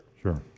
Sure